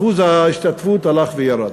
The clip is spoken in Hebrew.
אחוז ההשתתפות הלך וירד.